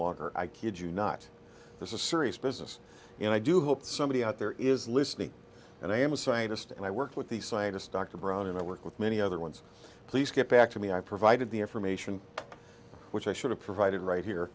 longer i kid you not this is serious business and i do hope somebody out there is listening and i am a scientist and i work with the scientist dr brown and i work with many other ones please get back to me i provided the information which i should have provided right here